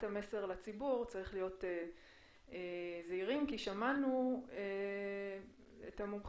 המסר לציבור צריך להיות זהירים כי שמענו מן המומחים